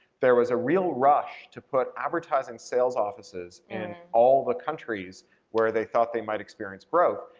there was a real rush to put advertising sales offices in all the countries where they thought they might experience growth.